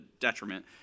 detriment